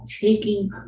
taking